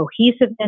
cohesiveness